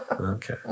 Okay